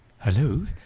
Hello